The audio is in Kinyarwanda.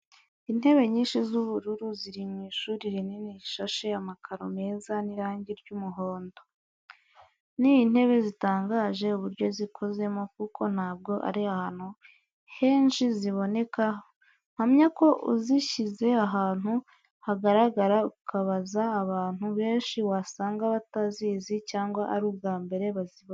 Intebe nyinshi z'ubururu ziri mu ishuri rinini rishashe amakaro meza n'irangi ry'umuhondo. Ni intebe zitangaje uburyo zikozemo kuko ntabwo ari ahantu henshi ziboneka mpamya ko uzishize ahantu hagaragara ukabaza abantu benshi wasanga batazizi cyangwa ari ubwambere bazibonye.